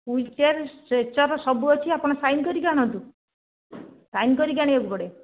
wheel chair stretcher ସବୁ ଅଛି ଆପଣ ସାଇନ କରିକି ଆଣନ୍ତୁ ସାଇନ କରିକି ଆଣିବାକୁ ପଡ଼େ